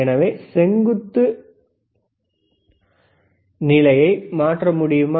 எனவே செங்குத்து நிலையை மாற்ற முடியுமா